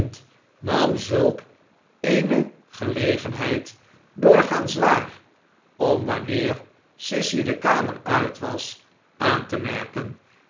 nam zulk eene gelegenheid doorgaans waar om wanneer sissy de kamer uit was aan te merken